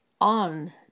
on